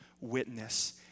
witness